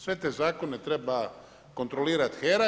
Sve te zakone treba kontrolirati HERA.